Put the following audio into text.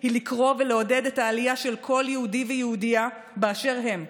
היא לקרוא ולעודד את העלייה של כל יהוד׳ ויהודייה באשר הם,